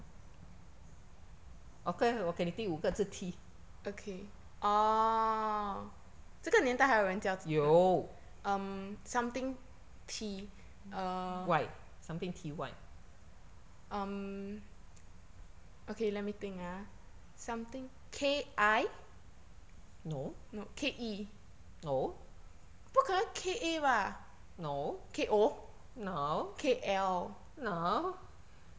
okay 我给你第五个字 t 有 y something t y no no no no no